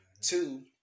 Two